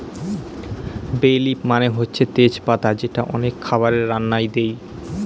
বে লিফ মানে হচ্ছে তেজ পাতা যেটা অনেক খাবারের রান্নায় দেয়